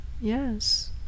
yes